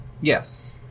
Yes